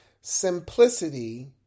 simplicity